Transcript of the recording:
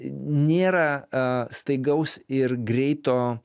nėra staigaus ir greito